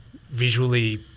visually